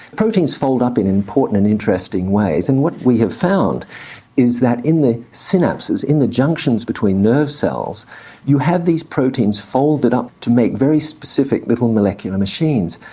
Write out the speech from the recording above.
proteins fold up in important and interesting ways and what we have found is that in the synapses in the junctions between nerve cells you have these proteins folded up to make very specific little molecular machines.